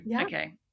Okay